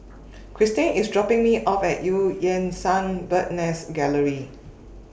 Christin IS dropping Me off At EU Yan Sang Bird's Nest Gallery